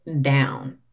down